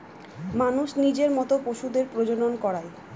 মানুষ নিজের মত পশুদের প্রজনন করায়